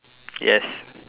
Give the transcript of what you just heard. yes